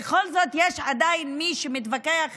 בכל זאת יש עדיין מי שמתווכח איתנו.